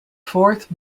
fourth